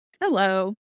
hello